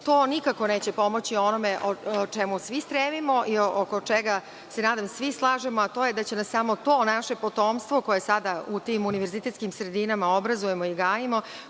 nikako neće pomoći onome o čemu svi stremimo, oko čega se svi slažemo, a to je da će nas samo to naše potomstvo koje sada u tim univerzitetskim sredinama obrazujemo i gajimo,